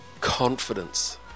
confidence